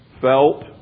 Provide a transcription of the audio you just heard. felt